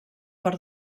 per